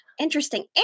interesting